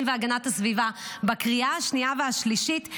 והגנת הסביבה לקריאה השנייה והשלישית,